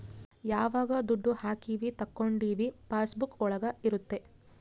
ಯಾವಾಗ ದುಡ್ಡು ಹಾಕೀವಿ ತಕ್ಕೊಂಡಿವಿ ಪಾಸ್ ಬುಕ್ ಒಳಗ ಇರುತ್ತೆ